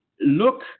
look